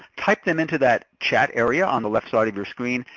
type them into that chat area on the left side of your screen,